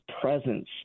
presence